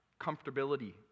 comfortability